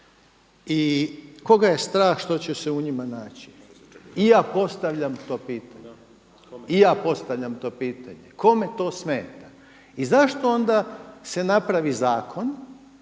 i koga je strah što će se u njima naći. I ja postavljam to pitanje, kome to smeta? I zašto onda se napravi zakon